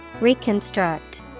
Reconstruct